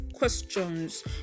questions